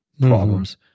problems